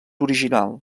original